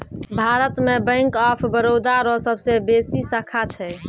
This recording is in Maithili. भारत मे बैंक ऑफ बरोदा रो सबसे बेसी शाखा छै